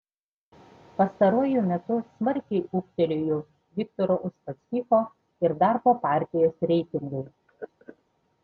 pastaruoju metu smarkiai ūgtelėjo viktoro uspaskicho ir darbo partijos reitingai